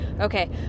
okay